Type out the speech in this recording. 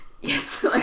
yes